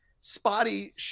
spotty